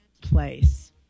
place